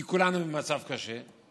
כי כולנו במצב כזה,